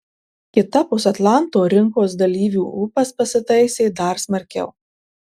kitapus atlanto rinkos dalyvių ūpas pasitaisė dar smarkiau